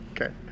Okay